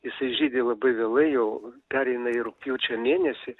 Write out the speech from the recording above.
jisai žydi labai vėlai jau pereina į rugpjūčio mėnesį